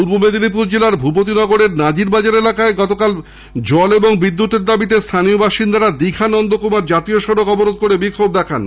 পূর্ব মেদিনীপুর জেলার ভূপতিনগরে নাজিরবাজার এলাকায় গতকাল জল ও বিদ্যুতের দাবিতে স্থানীয় বাসিন্দারা দীঘা নন্দকুমার জাতীয় সড়ক অবরোধ করে বিক্ষোভ দেখান